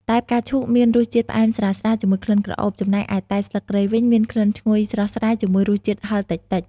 តែផ្កាឈូកមានរសជាតិផ្អែមស្រាលៗ ជាមួយក្លិនក្រអូប ចំណែកឯតែស្លឹកគ្រៃវិញមានក្លិនឈ្ងុយស្រស់ស្រាយជាមួយរសជាតិហិរតិចៗ។